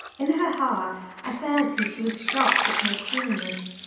in her heart i fancy she was shocked at my coolness,